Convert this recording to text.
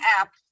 app